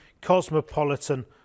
cosmopolitan